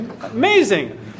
Amazing